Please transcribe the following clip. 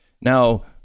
now